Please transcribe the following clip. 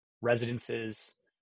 residences